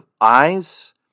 eyes